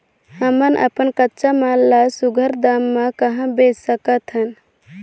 हमन अपन कच्चा माल ल सुघ्घर दाम म कहा बेच सकथन?